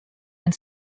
and